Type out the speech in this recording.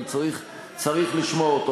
אבל צריך לשמוע אותו.